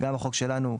החוק שלנו,